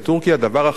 דבר אחרון,